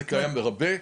זה קיים בהרבה.